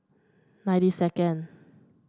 ninety second